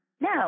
No